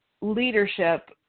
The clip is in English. leadership